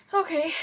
Okay